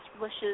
wishes